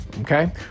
okay